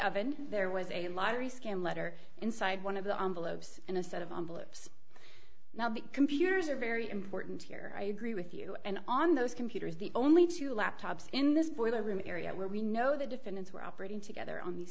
oven there was a lottery scam letter inside one of the envelopes and a set of envelopes now the computers are very important here i agree with you and on those computers the only two laptops in this boiler room area where we know the defendants were operating together on these